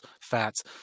fats